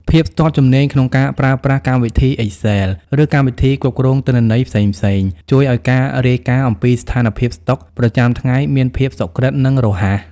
ភាពស្ទាត់ជំនាញក្នុងការប្រើប្រាស់កម្មវិធី Excel ឬកម្មវិធីគ្រប់គ្រងទិន្នន័យផ្សេងៗ ជួយឱ្យការរាយការណ៍អំពីស្ថានភាពស្តុកប្រចាំថ្ងៃមានភាពសុក្រឹត និងរហ័ស។